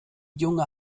junge